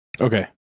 Okay